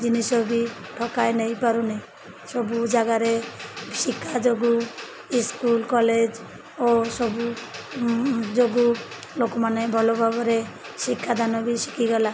ଜିନିଷ ବି ଠକାଇ ନେଇ ପାରୁନି ସବୁ ଜାଗାରେ ଶିକ୍ଷା ଯୋଗୁଁ ଇସ୍କୁଲ୍ କଲେଜ୍ ଓ ସବୁ ଯୋଗୁଁ ଲୋକମାନେ ଭଲ ଭାବରେ ଶିକ୍ଷାଦାନ ବି ଶିଖିଗଲା